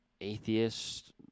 atheist